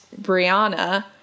Brianna